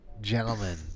gentlemen